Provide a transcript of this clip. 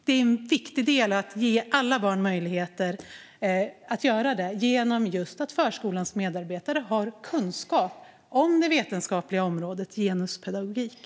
Det är viktigt att ge alla barn möjligheter att göra detta, just genom att förskolans medarbetare har kunskap om det vetenskapliga området genuspedagogik.